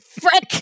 Frick